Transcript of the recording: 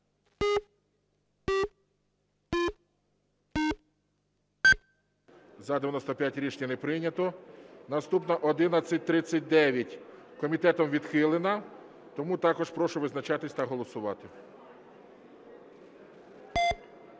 За-95 Рішення не прийнято. Наступна 1139. Комітетом відхилена. Тому також прошу визначатися та голосувати.